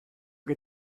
che